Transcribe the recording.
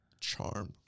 charm